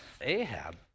Ahab